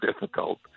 difficult